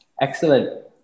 Excellent